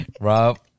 Rob